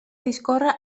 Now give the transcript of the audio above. discorre